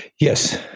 Yes